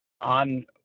on